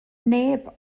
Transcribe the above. neb